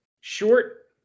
short